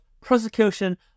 prosecution